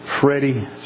Freddie